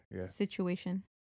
situation